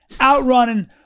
outrunning